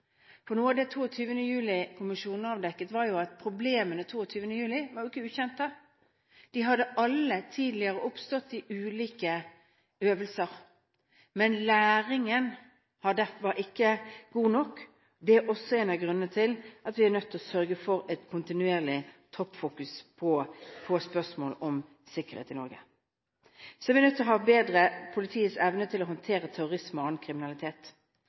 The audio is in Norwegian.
læringskultur. Noe av det 22. juli-kommisjonen avdekket, var jo at problemene 22. juli ikke var ukjente. De hadde alle tidligere oppstått i ulike øvelser, men læringen fra det var ikke god nok. Det er også en av grunnene til at vi er nødt til å sørge for å ha et kontinuerlig toppfokus på spørsmål om sikkerhet i Norge. Så er vi nødt til å bedre politiets evne til å håndtere terrorisme og annen kriminalitet.